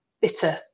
bitter